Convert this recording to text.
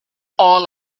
all